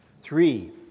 Three